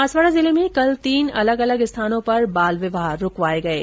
बांसवाडा जिले में कल तीन अलग अलग स्थानों पर बाल विवाह रूकवाये गये